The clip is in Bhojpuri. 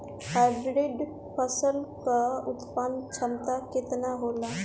हाइब्रिड फसल क उत्पादन क्षमता केतना होला?